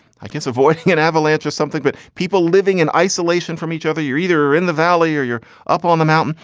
i guess, avoiding an avalanche or something. but people living in isolation from each other, you're either in the valley or you're up on the mountain.